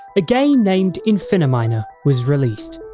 but game named infiniminer was released.